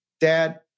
dad